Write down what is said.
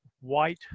white